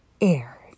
air